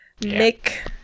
Nick